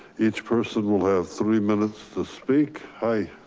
each person will have three minutes to speak. hi.